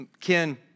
Ken